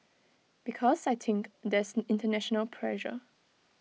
because I think there's International pressure